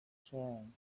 sharing